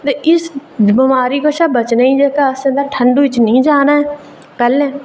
ते इस बमारी कशा बचने लेई जेह्का तां ठंडू च नेईं जाना ऐ पैह्लें